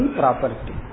property